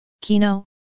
Kino